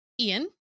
Ian